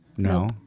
no